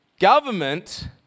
government